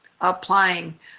applying